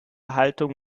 haltung